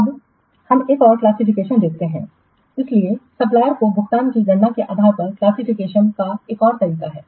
अब हम एक और क्लासिफिकेशनदेखते हैं इसलिए सप्लायरसको भुगतान की गणना के आधार पर क्लासिफिकेशनका एक और तरीका है